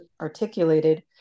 articulated